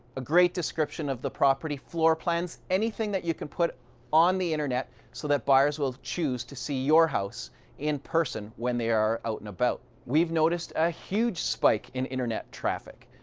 a great description of the property, floor plans anything that you can put on the internet so that buyers will choose to see your house in person when they are out and about. we've noticed a huge spike in internet traffic.